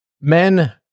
Men